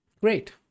Great